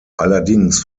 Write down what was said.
allerdings